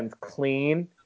clean